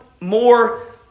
more